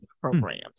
programs